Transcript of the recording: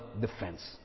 defense